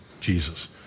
Jesus